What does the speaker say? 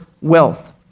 wealth